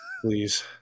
please